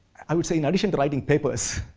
i would say in addition to writing papers,